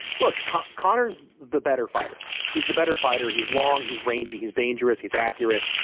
look connors the better fighter he's the better fighter he's long he's rangy he's dangerous he's accurate.